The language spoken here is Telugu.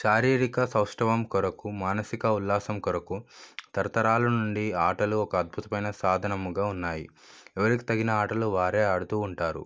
శారీరిక సౌష్టవం కొరకు మానసిక ఉల్లాసం కొరకు తరతరాల నుండి ఆటలు ఒక అద్భుతమైన సాధనముగా ఉన్నాయి ఎవరికి తగిన ఆటలు వారు ఆడుతూ ఉంటారు